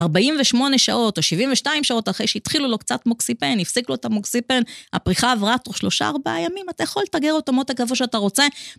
48 שעות או 72 שעות אחרי שהתחילו לו קצת מוקסיפן, הפסיק לו את המוקסיפן, הפריחה עברה תוך 3-4 ימים, אתה יכול לאתגר אותו מותק איפה שאתה רוצה.